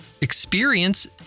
experience